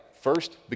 first